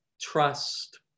trust